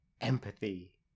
Empathy